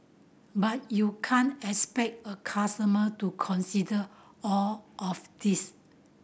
but you can't expect a customer to consider all of this